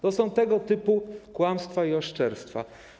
To są tego typu kłamstwa i oszczerstwa.